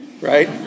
right